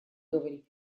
говорить